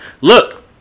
look